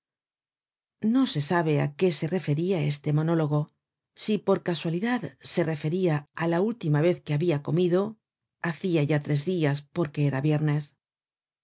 no se sabe á qué se referia este monólogo si por casualidad se referia á la última vez que habia comido hacia ya tres dias porque era viernes